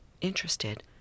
interested